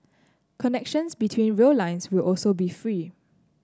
connections between rail lines will also be free